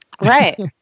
right